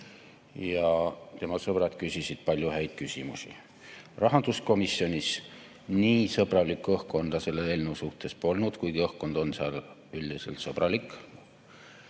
ja tema sõbrad küsisid palju häid küsimusi. Rahanduskomisjonis nii sõbralikku õhkkonda selle eelnõu suhtes polnud, kuigi õhkkond on seal üldiselt sõbralik.